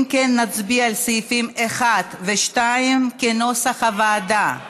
אם כן, נצביע על סעיפים 1 ו-2, כנוסח הוועדה.